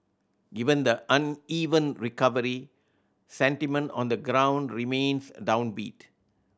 given the uneven recovery sentiment on the ground remains downbeat